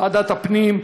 ועדת הפנים,